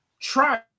try